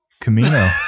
Camino